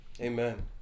Amen